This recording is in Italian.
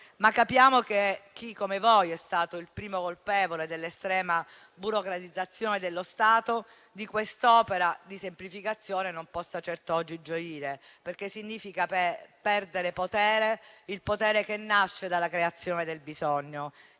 tuttavia, che chi come voi è stato il primo colpevole dell'estrema burocratizzazione dello Stato di quest'opera di semplificazione non possa certo oggi gioire, perché significa perdere potere, il potere che nasce dalla creazione del bisogno.